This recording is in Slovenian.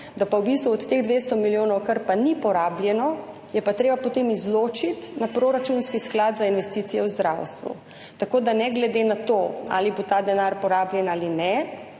da je v bistvu od teh 200 milijonov, kar ni porabljeno, pa treba potem izločiti na proračunski sklad za investicije v zdravstvu. Tako da ne glede na to, ali bo ta denar porabljen ali ne